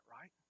right